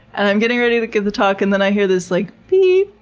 and i'm getting ready to give the talk. and then i hear this like beep,